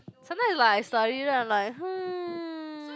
sometimes it's like I study then I'm like hmm